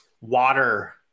water